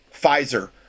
pfizer